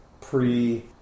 pre